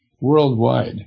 worldwide